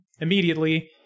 immediately